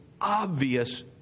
obvious